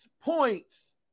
points